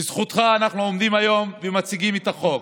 בזכותך אנחנו עומדים היום ומציגים את החוק.